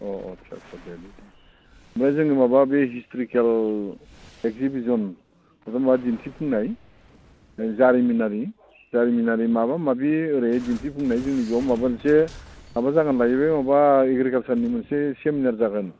अह आत्सा आत्सा सा दे बे जाङो माबा बे हिसथ्रिकेल एकजिभिजन दिन्थिफुंनाय जारिमिनारि जारिमिनारि माबा माबि ओरैहाय दिन्थिफुंनाय जोंनि बेयाव माबा मोनसे माबा जागोन बायदि बे माबा एग्रिकालसारनि मोनसे सेमिनार जागोन